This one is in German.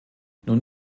nun